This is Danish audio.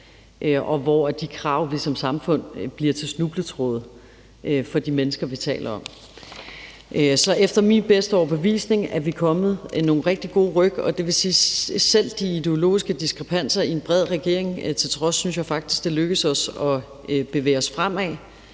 og hvor de krav, vi stiller som samfund, bliver til snubletråde for de mennesker, vi taler om. Så efter min bedste overbevisning er vi kommet nogle rigtig gode ryk. Det vil sige, at til trods for de ideologiske diskrepanser i en bred regering, synes jeg faktisk, det er lykkedes os at bevæge os fremad.